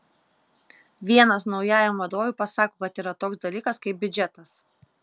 vienas naujajam vadovui pasako kad yra toks dalykas kaip biudžetas